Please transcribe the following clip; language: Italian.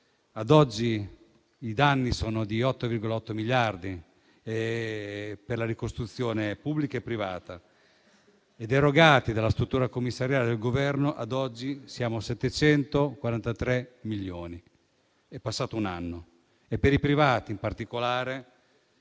Ad oggi, i danni ammontano a 8,8 miliardi, per la ricostruzione pubblica e privata, ed erogati dalla struttura commissariale del Governo, fino ad oggi, siamo a 743 milioni. È passato un anno. Per i privati in particolare,